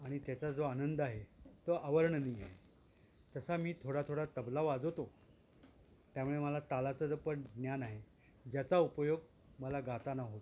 आणि त्याचा जो आनंद आहे तो अवर्णनीय आहे तसा मी थोडा थोडा तबला वाजवतो त्यामुळे मला तालाचं पण ज्ञान आहे ज्याचा उपयोग मला गाताना होतो